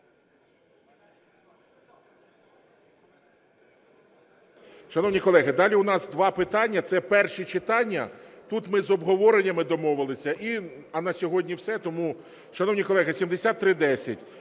Шановні колеги, далі у нас два питання, це перші читання, тут ми з обговореннями домовилися, а на сьогодні все. Тому, шановні колеги, 7310,